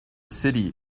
city